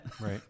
Right